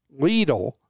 Lidl